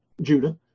Judah